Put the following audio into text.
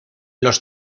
los